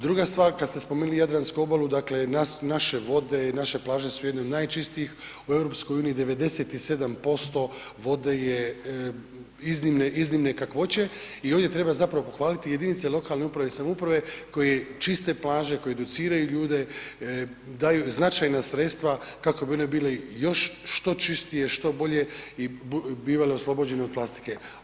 Druga stvar kad ste spomenuli jadransku obalu, dakle naše vode i naše plaže su jedne od najčistijih u EU 97% vode je iznimne, iznimne kakvoće i ovdje treba zapravo pohvaliti jedinice lokalne uprave i samouprave koji čiste plaže, koji educiraju ljude, daju značajna sredstva kako bi oni bili još što čistije, što bolje i bivale oslobođene od plastike.